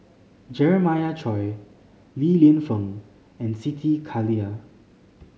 Jeremiah Choy Li Lienfung and Siti Khalijah